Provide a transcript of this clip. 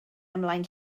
ymlaen